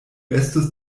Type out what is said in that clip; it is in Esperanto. estus